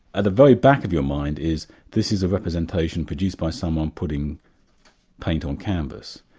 at the very back of your mind is this is a representation produced by someone putting paint on canvas.